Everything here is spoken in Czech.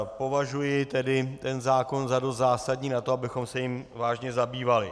Považuji tedy ten zákon za dost zásadní na to, abychom se jím vážně zabývali.